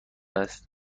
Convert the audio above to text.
است